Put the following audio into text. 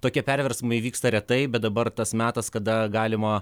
tokie perversmai vyksta retai bet dabar tas metas kada galima